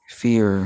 fear